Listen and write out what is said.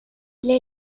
для